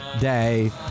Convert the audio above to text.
day